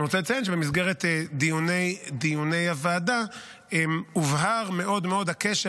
אני רוצה לציין שבמסגרת דיוני הוועדה הובהר מאוד הקשר